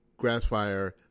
Grassfire